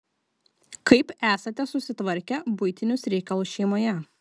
kaip esate susitvarkę buitinius reikalus šeimoje